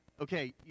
okay